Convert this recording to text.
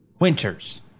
Winters